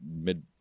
mid